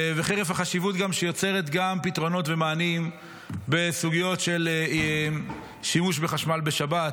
והחשיבות בכך שהיא יוצרת גם פתרונות ומענים בסוגיות של שימוש בחשמל בשבת